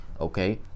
okay